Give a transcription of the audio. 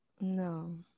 No